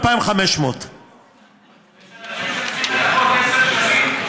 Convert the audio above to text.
2,500. יש אנשים שצריכים לעבוד עשר שנים,